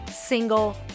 single